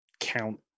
count